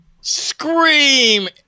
scream